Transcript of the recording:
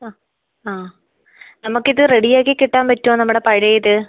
ആ ആ നമുക്ക് ഇത് റെഡിയാക്കി കിട്ടാൻ പറ്റുമോ നമ്മുടെ പഴയത്